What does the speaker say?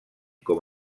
com